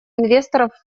инвесторов